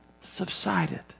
subsided